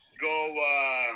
Go